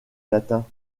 latin